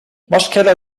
waschkeller